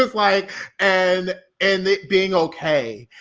was like, and and it being okay,